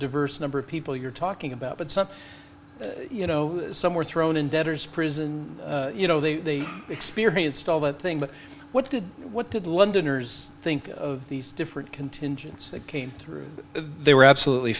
diverse number of people you're talking about but some you know some were thrown in debtor's prison you know they experienced all that thing but what did what did londoners think of these different contingents that came through they were absolutely